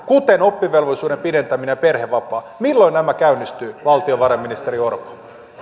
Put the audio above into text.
kuten oppivelvollisuuden pidentämistä ja perhevapaauudistusta milloin nämä käynnistyvät valtiovarainministeri orpo